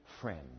friend